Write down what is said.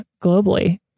globally